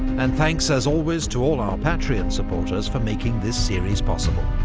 and thanks as always to all our patreon supporters for making this series possible.